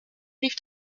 lief